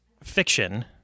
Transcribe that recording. fiction